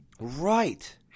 right